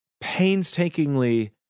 painstakingly